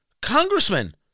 Congressman